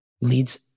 leads